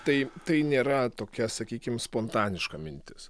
tai tai nėra tokia sakykim spontaniška mintis